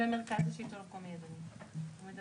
הפסקה הראשונה בעצם קובעת את תוספת זכויות הבנייה במגרש